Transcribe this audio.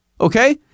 Okay